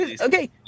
Okay